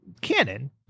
canon